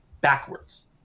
backwards